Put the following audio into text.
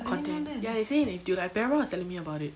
content ya they say dude like பெரியம்மா:periyamma was telling me about it